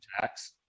tax